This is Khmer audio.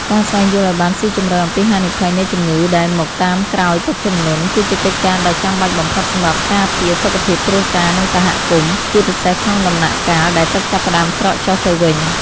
ការស្វែងយល់ឱ្យបានស៊ីជម្រៅអំពីហានិភ័យនៃជំងឺដែលមកតាមក្រោយទឹកជំនន់ គឺជាកិច្ចការដ៏ចាំបាច់បំផុតសម្រាប់ការពារសុខភាពគ្រួសារ និងសហគមន៍ ជាពិសេសក្នុងដំណាក់កាលដែលទឹកចាប់ផ្តើមស្រកចុះទៅវិញ។